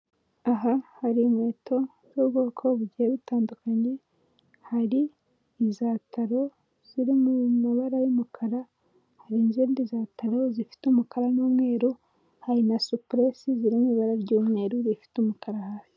Aha hari inkweto z'ubwoko bugiye butandukanye, hari iza taro ziri mu mabara y'umukara, hari izindi za taro zifite umukara n'umweru, hari na supuresi ziri mu ibara ry'umweru zifite umukara hasi.